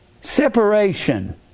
separation